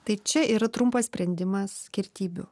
tai čia yra trumpas sprendimas skirtybių